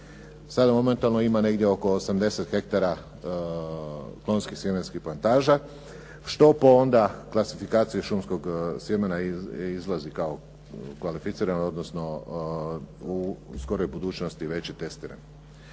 Sada momentalno ima negdje oko 80 hektara klaonskih sjemenskih plantaža, što po onda klasifikaciji šumskog sjemena izlazi kao kvalificirano, odnosno u skoroj budućnosti već i testirano.